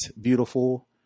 beautiful